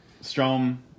Strom